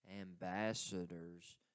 ambassadors